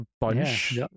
bunch